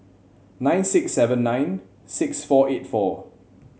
nine six seven nine six four eight four